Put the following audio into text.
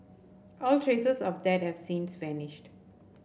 all traces of that have since vanished